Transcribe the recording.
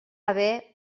haver